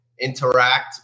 interact